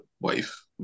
wife